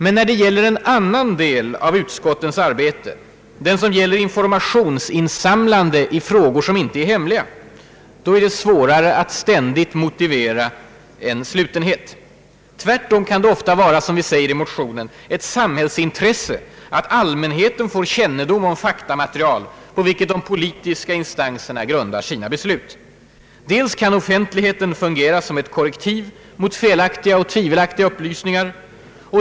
Men när det gäller en annan del av utskottens arbete, den som gäller informationsinsamlande i frågor som inte är hemliga, är det svårare att motivera en ständig slutenhet. Tvärtom kan det ofta vara, som vi säger i motionen, ett »samhällsintresse att allmänheten får kännedom om det faktamaterial på vilket de politiska instanserna grundar sina beslut. Dels kan offentligheten fungera som ett korrektiv mot felaktiga och tvivelaktiga upplysningar».